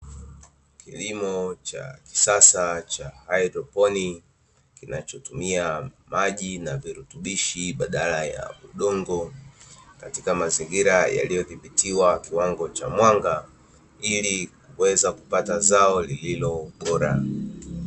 Kilimo cha kisasa cha haidroponi kinachotumia maji na virutubishi badala ya udongo, katika mazingira yaliyodhibitiwa kwa kiwango cha mwanga, ili kuweza kupata zao lililo bora.